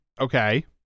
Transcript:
Okay